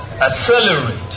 accelerate